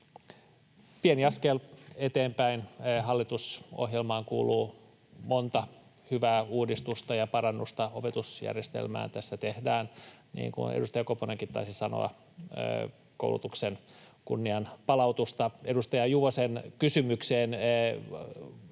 Pieni askel eteenpäin. Hallitusohjelmaan kuuluu monta hyvää uudistusta ja parannusta. Opetusjärjestelmään tässä tehdään, niin kuin edustaja Koponenkin taisi sanoa, koulutuksen kunnianpalautusta. Edustaja Juvosen kysymykseen,